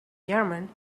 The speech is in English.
german